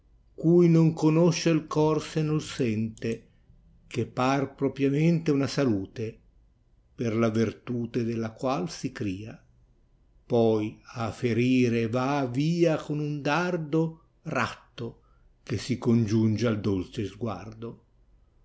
cui non conosce il core se noi sente che par propiamente una salate per la ter tu te della qual si cria poi a ferire va via con un dardo ratto che si congiunge al dolce sguardo